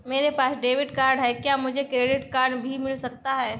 मेरे पास debit card है क्या मुझे क्रेडिट कार्ड भी मिल सकता है?